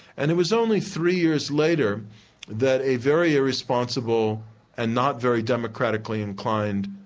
and it was only three years later that a very irresponsible and not very democratically inclined,